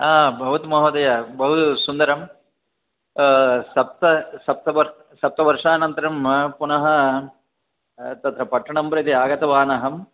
भवतु महोदय बहूसुन्दरं सप्त सप्तवर्षानन्तरं पुनः तत्र पट्टणं प्रति आगतवान् अहं